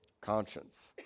conscience